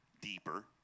deeper